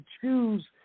choose